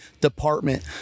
department